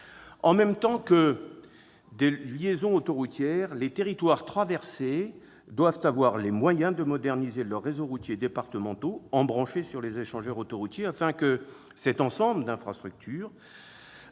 En plus de liaisons autoroutières, les territoires traversés doivent disposer des moyens de moderniser leurs réseaux routiers départementaux embranchés sur les échangeurs autoroutiers, afin que cet ensemble d'infrastructures